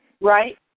Right